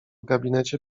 gabinecie